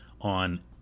on